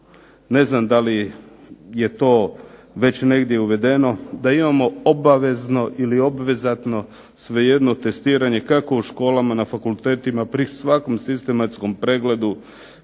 ne znam da li je to već negdje uvedeno da imamo obavezno ili obvezatno svejedno testiranje kako u školama, na fakultetima, pri svakom sistematskom pregledu,